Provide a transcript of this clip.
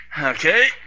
Okay